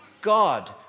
God